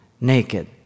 naked